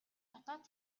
дотоод